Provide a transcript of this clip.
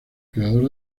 creador